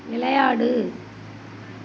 விளையாடு